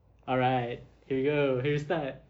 alright here we go here we start